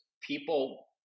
people